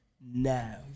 now